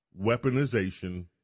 weaponization